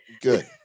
Good